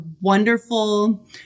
wonderful